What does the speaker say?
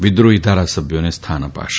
વિદ્રોહી ધારાસભ્યોને સ્થાન અ ાશે